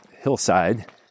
hillside